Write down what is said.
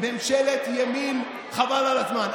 ממשלת ימין חבל על הזמן,